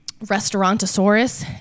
Restaurantosaurus